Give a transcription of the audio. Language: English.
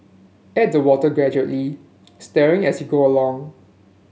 add the water gradually stirring as you go along